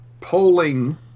polling